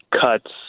cuts